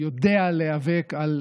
יודע להיאבק על